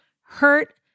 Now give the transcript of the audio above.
hurt